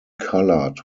coloured